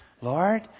Lord